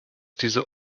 diese